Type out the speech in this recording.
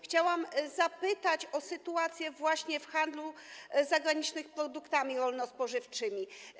Chciałam zapytać o sytuację w handlu zagranicznym produktami rolno-spożywczymi.